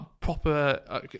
proper